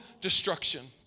destruction